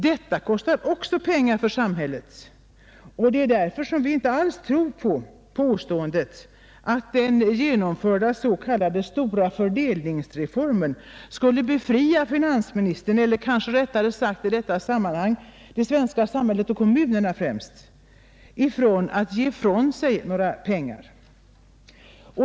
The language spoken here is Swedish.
Detta kostar också pengar för samhället, och det är därför som vi inte alls tror på påståendet att den genomförda s.k. stora fördelningsreformen skulle befria finansministern eller kanske rättare sagt i detta sammanhang det svenska samhället och kommunerna från att ge ifrån sig några pengar.